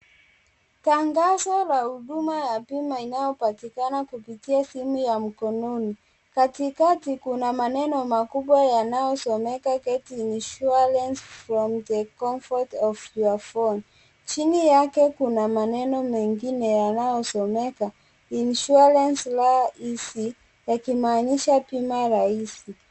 Tangazo la huduma ya bima inayopatikana kupitia simu ya mkononi. Katikati kuna maneno makubwa yanayosomeka, Get insuarance from the comfort of your phone . Chini yake kuna maneno mengine yanayosomeka, Insuarance Rah Easy . Yakimaanisha bima rahisi.